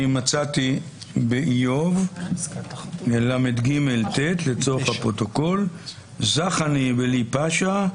אני מצאתי באיוב ל"ג, ט', "זך אני בלי פשע,